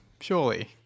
Surely